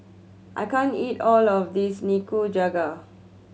I can't eat all of this Nikujaga